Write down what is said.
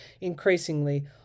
increasingly